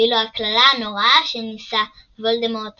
ואילו הקללה הנוראה שניסה וולדמורט